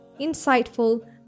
insightful